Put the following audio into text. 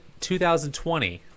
2020